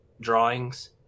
drawings